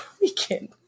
weekend